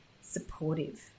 supportive